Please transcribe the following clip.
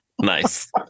Nice